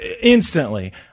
instantly